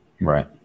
Right